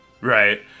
Right